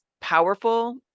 powerful